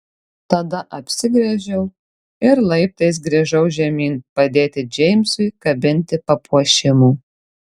tada apsigręžiau ir laiptais grįžau žemyn padėti džeimsui kabinti papuošimų